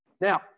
Now